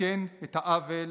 לתקן את העוול,